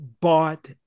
bought